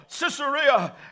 Caesarea